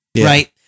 right